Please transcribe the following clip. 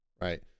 right